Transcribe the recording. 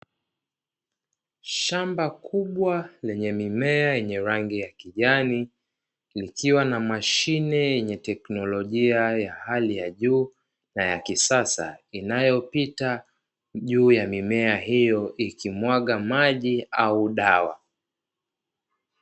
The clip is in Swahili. Shamba kubwa lenye mimea yenye rangi ya kijani, ikiwa na mashine yenye teknolojia ya hali ya juu na ya kisasa inayopita juu ya mimea hiyo, ikimwaga maji au dawa.